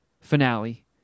finale